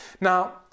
Now